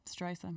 Streisand